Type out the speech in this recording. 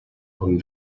com